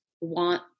want